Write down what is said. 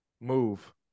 move